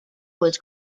was